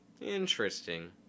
interesting